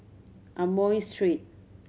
Amoy Street